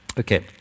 Okay